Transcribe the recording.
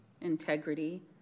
integrity